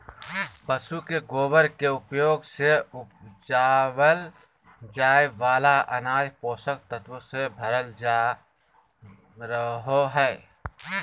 पशु के गोबर के उपयोग से उपजावल जाय वाला अनाज पोषक तत्वों से भरल रहो हय